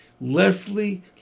Leslie